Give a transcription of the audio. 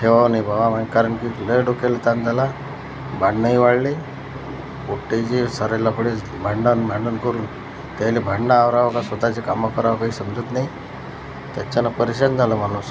ठेवू नये बाबा कारण की लय डोक्याला ताण झाला भांडणंही वाढली पोट्टेचे सारे लफडेच भांडण भांडण करून त्यांची भांडणं आवरावी का स्वत ची कामं करावी काही समजत नाही त्याच्यानं परेशान झाला माणूस